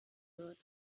wird